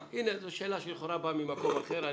הנה, זו שאלה שלכאורה באה ממקום אחר.